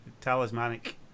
talismanic